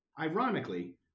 Ironically